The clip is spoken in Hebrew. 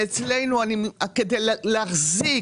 אצלנו, כדי להחזיק